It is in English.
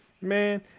man